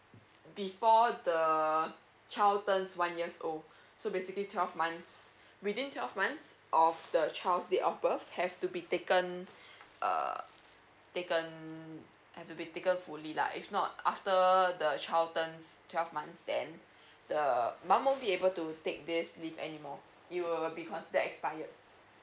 before the child turns one years old so basically twelve months within twelve months of the child's date of birth have to be taken err taken have to be taken fully lah if not after the child turns twelve months then the mum won't be able to take this leave anymore it will be considered expired